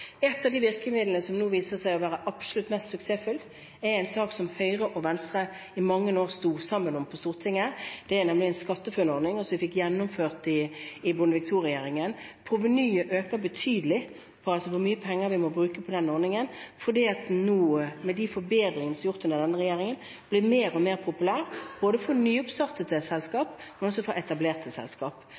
av de virkemidlene som nå viser seg å være absolutt mest suksessfullt, er en sak som Høyre og Venstre i mange år sto sammen om på Stortinget. Det er SkatteFUNN-ordningen, som vi fikk gjennomført i Bondevik II-regjeringen. Provenyet øker betydelig, altså hvor mye penger vi må bruke på den ordningen, fordi den nå, med de forbedringer som er gjort under denne regjeringen, blir mer og mer populær for nyoppstartede selskaper, men også for etablerte